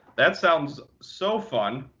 that sounds so fun.